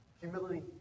Humility